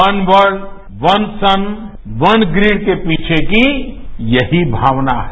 one world one sun one ग्रिडके पीछे की यही भावना है